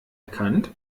erkannt